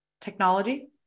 Technology